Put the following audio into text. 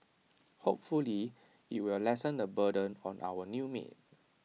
hopefully IT will lessen the burden on our new maid